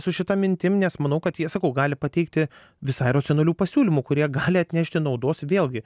su šita mintim nes manau kad jie sakau gali pateikti visai racionalių pasiūlymų kurie gali atnešti naudos vėlgi